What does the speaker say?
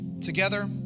Together